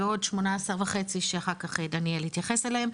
ועוד 18 וחצי שאחר כך דניאל יתייחס אליהם,